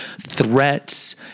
threats